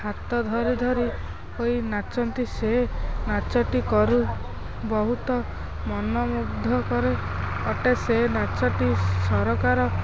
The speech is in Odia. ହାତ ଧରି ଧରି ହୋଇ ନାଚନ୍ତି ସେ ନାଚଟି କରୁ ବହୁତ ମନମୁଗ୍ଧ କରେ ଅଟେ ସେ ନାଚଟି ସରକାର